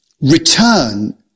return